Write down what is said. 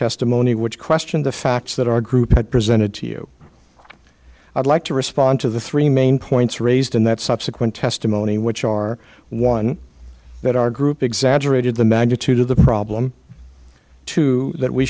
testimony which questioned the facts that our group had presented to you i'd like to respond to the three main points raised in that subsequent testimony which are one that our group exaggerated the magnitude of the problem too that we